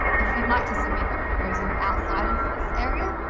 if you'd like to submit a proposal outside of this area,